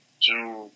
June